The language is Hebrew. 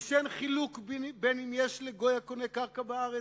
ושאין חילוק בין אם יש לגוי הקונה קרקע בארץ,